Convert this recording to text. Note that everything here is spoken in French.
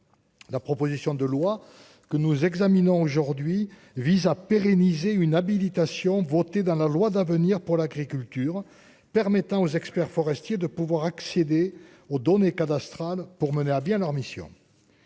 la proposition de loi que nous examinons aujourd'hui vise à pérenniser une habilitation votée dans la loi d'avenir pour l'agriculture, permettant aux experts forestiers de pouvoir accéder aux données cadastrales pour mener à bien leur mission.